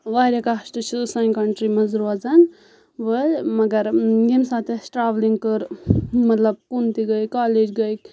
واریاہ کاشٹہٕ چھِ سانہِ کَنٹری منٛز روزان وٲلۍ مگر ییٚمہِ ساتہٕ اَسہِ ٹرٛاولِنٛگ کٔر مَطلَب کُن تہِ گٔےٕ کالیٚج گٔے